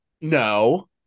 no